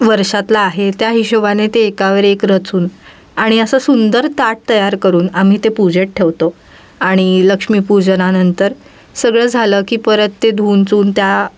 वर्षातला आहे त्या हिशोबाने ते एकावर एक रचून आणि असं सुंदर ताट तयार करून आम्ही ते पूजेत ठेवतो आणि लक्ष्मीपूजनानंतर सगळं झालं की परत ते धुवून चूऊन त्या